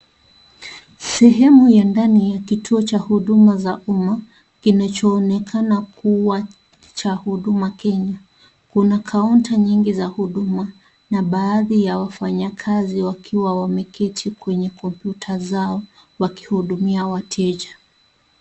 Seemu ya ndani ya kituo cha huduma za umma kinachonekana kuwa cha Huduma Kenya, kuna counter nyingi za huduma na baadhi ya wafanya kazi wakiwa wameketi kwenye kompyuta zao wakihudumia wateja.